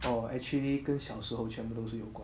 orh actually 跟小时候全部都是有关